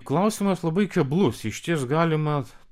klausimas labai keblus išties galima